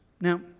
Now